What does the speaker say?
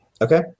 Okay